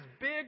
big